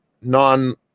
non